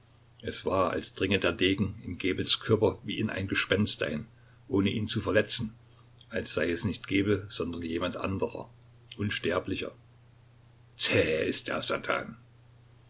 es war als dringe der degen in gebels körper wie in ein gespenst ein ohne ihn zu verletzen als sei es nicht gebel sondern jemand anderer unsterblicher zäh ist der satan